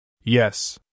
Yes